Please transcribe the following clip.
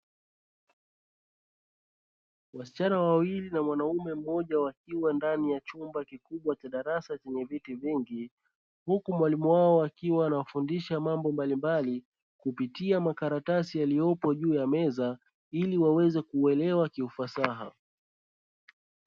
Wasichana wawili na mwanaume mmoja akiwa ndani ya chumba kikubwa cha darasa chenye vitu vingi. Huku mwalimu wao akiwa anawafundisha mambo mbalimbali kupitia makaratasi yaliyopo juu ya meza ili waweze kuelewa kiufasaha.